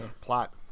Plot